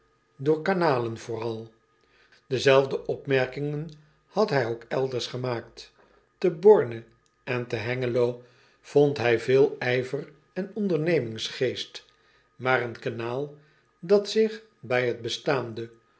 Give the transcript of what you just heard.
door kanalen vooral ezelfde opmerkingen had hij ook elders gemaakt e orne en te engelo vond hij veel ijver en ondernemingsgeest maar een kanaal dat zich bij het bestaande